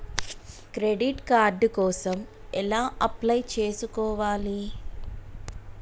Credit card కోసం ఎలా apply చేసుకోవాలి?